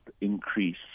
increase